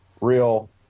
real